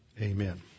amen